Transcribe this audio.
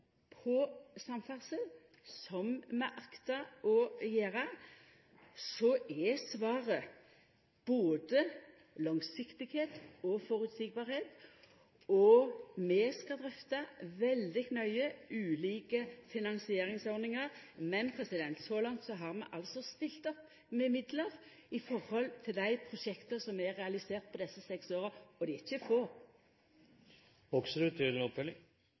på samferdsel, som vi aktar å gjera, er svaret både langsiktigheit og føreseielegheit. Vi skal drøfta veldig nøye ulike finansieringsordningar, men så langt har vi altså stilt opp med midlar til dei prosjekta som er realiserte på desse seks åra, og det er ikkje